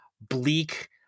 bleak